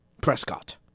Prescott